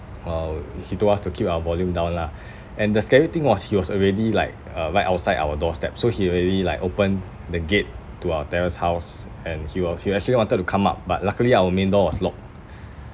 uh he told us to keep our volume down lah and the scary thing was he was already like uh right outside our doorstep so he already like open the gate to our terrace house and he were he actually wanted to come up but luckily our main door was locked